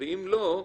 ואם לא,